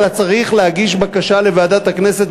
אלא צריך להגיש בקשה לוועדת הכנסת,